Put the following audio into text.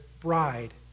bride